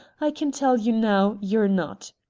i can tell you now you're not.